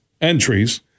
entries